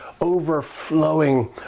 overflowing